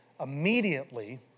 immediately